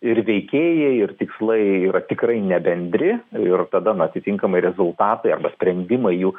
ir veikėjai ir tikslai yra tikrai ne bendri ir tada na atitinkamai rezultatai arba sprendimai jų